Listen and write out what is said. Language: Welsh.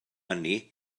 hynny